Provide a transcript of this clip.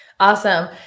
Awesome